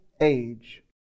age